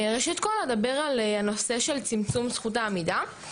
ראשית כל אדבר על הנושא של צמצום זכות העמידה,